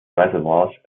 reservoirs